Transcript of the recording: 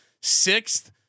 sixth